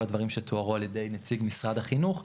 הדברים שתוארו על ידי נציג משרד החינוך,